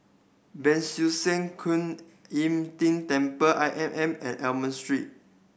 Ban Siew San Kuan Im Tng Temple I M M and Almond Street